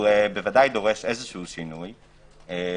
ודאי דורש שינוי ותיקון.